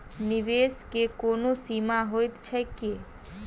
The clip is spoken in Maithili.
निवेश केँ कोनो सीमा होइत छैक की?